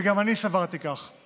וגם אני סברתי כך.